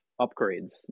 upgrades